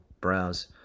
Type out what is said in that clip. browse